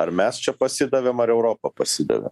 ar mes čia pasidavėm ar europa pasidavė